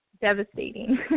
devastating